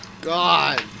God